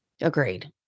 agreed